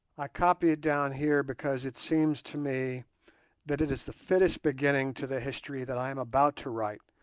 i copy it down here because it seems to me that it is the fittest beginning to the history that i am about to write,